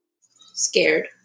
Scared